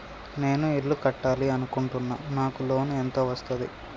నేను ఇల్లు కట్టాలి అనుకుంటున్నా? నాకు లోన్ ఎంత వస్తది?